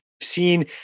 seen